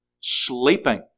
sleeping